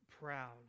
proud